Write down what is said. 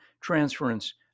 transference